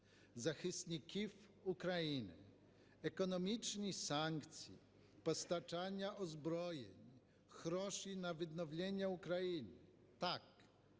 захисників України. Економічні санкції, постачання озброєнь, гроші на відновлення України – так,